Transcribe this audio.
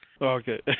Okay